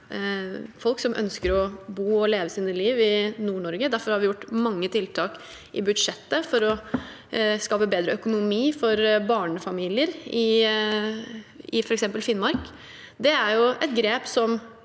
folk som ønsker å bo og leve sitt liv i Nord-Norge. Derfor har vi gjort mange tiltak i budsjettet for å skape bedre økonomi for barnefamilier, f.eks. i Finnmark. Det er først og